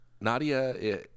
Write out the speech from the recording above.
Nadia